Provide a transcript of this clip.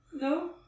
No